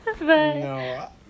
No